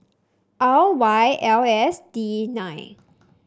R Y L S D nine